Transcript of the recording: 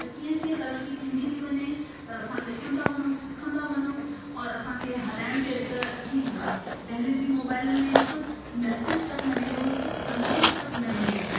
त कीअं कीअं तरक़ी थींदी थी वञे त असां ॾिसंदा वञूं सिखंदा वञूं और असांखे हलाइण बि अॼुकल्ह अची थी वञे पहिले जी मोबाइलनि में हिकु मैसिज तक न वेंदो हिकु संदेश तक न वेंदो हुओ